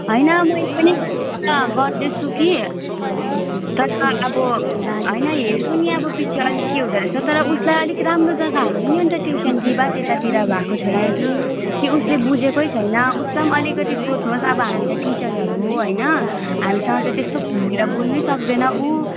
होइन मैले पनि गाइड त गर्दैछु कि तर अब होइन हेर्छु नि अब पछि अलिक के हुँदोरहेछ तर उसलाई अलिक राम्रो जग्गा हाल्नु नि अन्त ट्युसन कि बा त्यतातिर भएको छैन कि कि उसले बुझेकै छैन उसलाई पनि अलिकति सोध्नुहोस् अब हामी त टिचरहरू हो होइन हामीसँग त त्यस्तो खुलेर बोल्नै सक्दैन उ